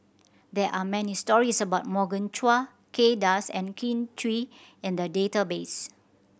there are many stories about Morgan Chua Kay Das and Kin Chui in the database